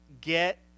get